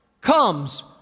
comes